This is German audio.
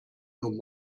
nun